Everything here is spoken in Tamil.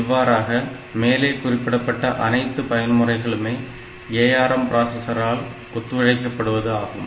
இவ்வாறாக மேலே குறிப்பிடப்பட்ட அனைத்து பயன் முறைகளுமே ARM பிராசஸரால் ஒத்துழைக்கபடுவது ஆகும்